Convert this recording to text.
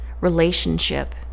relationship